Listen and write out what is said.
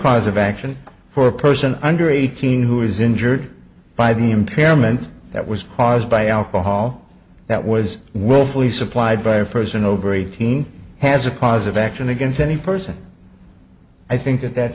cause of action for a person under eighteen who is injured by the impairment that was caused by alcohol that was willfully supplied by a person over eighteen has a cause of action against any person i think that